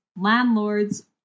landlords